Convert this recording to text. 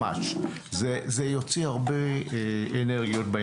זה יוציא הרבה אנרגיות.